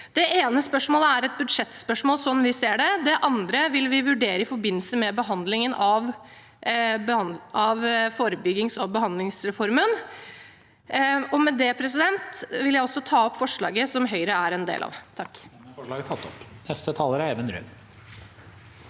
er et budsjettspørsmål, sånn vi ser det. Det andre vil vi vurdere i forbindelse med behandlingen av forebyggings- og behandlingsreformen. Med det vil jeg også ta opp forslaget Høyre er en del av.